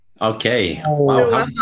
Okay